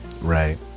Right